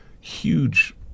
huge